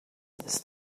this